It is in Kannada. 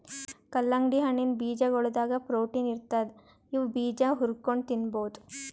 ಕಲ್ಲಂಗಡಿ ಹಣ್ಣಿನ್ ಬೀಜಾಗೋಳದಾಗ ಪ್ರೊಟೀನ್ ಇರ್ತದ್ ಇವ್ ಬೀಜಾ ಹುರ್ಕೊಂಡ್ ತಿನ್ಬಹುದ್